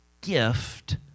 gift